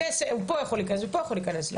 פה הוא יכול להיכנס ופה הוא יכול להיכנס.